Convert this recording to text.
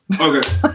Okay